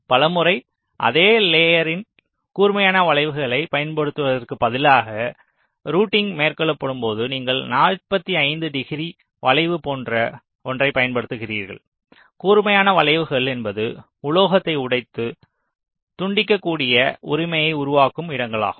எனவே பல முறை அதே லேயர்ரில் கூர்மையான வளைவுகளைப் பயன்படுத்துவதற்குப் பதிலாக ரூட்டிங் மேற்கொள்ளப்படும்போது நீங்கள் 45 டிகிரி வளைவு போன்ற ஒன்றைப் பயன்படுத்துகிறீர்கள் கூர்மையான வளைவுகள் என்பது உலோகத்தை உடைத்து துண்டிக்கக்கூடிய உரிமையை உருவாக்கும் இடங்களாகும்